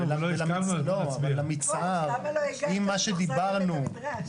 זה עניין של יושרה לא של הבן אדם הפרטי,